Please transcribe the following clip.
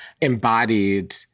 embodied